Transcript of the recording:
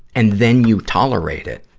and then you tolerate it,